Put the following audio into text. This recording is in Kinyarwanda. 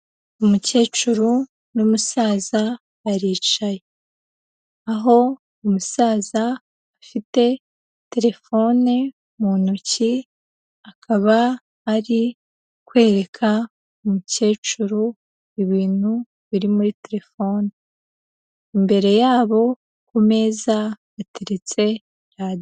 Umukecuru n'umusaza baricaye, aho umusaza afite telefone mu ntoki akaba ari kwereka umukecuru ibintu biri muri telefone. Imbere yabo ku meza hateretse radi.